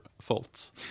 faults